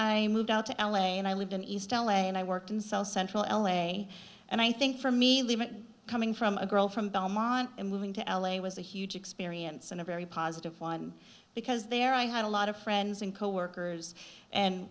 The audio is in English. i moved out to l a and i lived in east l a and i worked in south central l a and i think for me leaving coming from a girl from belmont and moving to l a was a huge experience and a very positive one because there i had a lot of friends and coworkers and